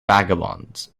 vagabonds